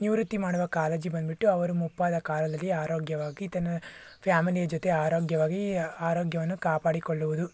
ನಿವೃತ್ತಿ ಮಾಡುವ ಕಾಳಜಿ ಬಂದುಬಿಟ್ಟು ಅವರು ಮುಪ್ಪಾದ ಕಾಲದಲ್ಲಿ ಆರೋಗ್ಯವಾಗಿ ತನ್ನ ಫ್ಯಾಮಲಿ ಜೊತೆ ಆರೋಗ್ಯವಾಗಿ ಆರೋಗ್ಯವನ್ನು ಕಾಪಾಡಿಕೊಳ್ಳುವುದು